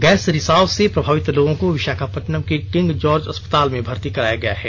gas रिसाव से प्रभावित लोगों को विशाखापट्टनम के किंग जॉर्ज अस्पताल में भर्ती कराया गया है